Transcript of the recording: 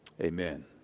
Amen